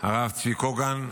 הרב צבי קוגן,